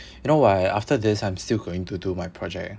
you know what after this I'm still going to do my project